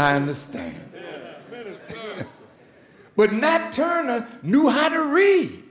the stand would not turn out knew how to read